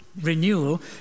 renewal